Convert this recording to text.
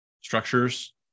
structures